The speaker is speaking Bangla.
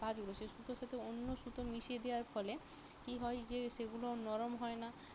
কাজগুলো সেই সুতোর সাথে অন্য সুতো মিশিয়ে দেওয়ার ফলে কী হয় যে সেগুলো নরম হয় না